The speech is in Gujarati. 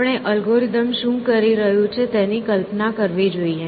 આપણે અલ્ગોરિધમ શું કરી રહ્યું છે તેની કલ્પના કરવી જોઈએ